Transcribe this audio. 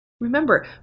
Remember